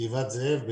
גבעת זאב,